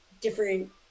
different